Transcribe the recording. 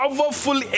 Powerful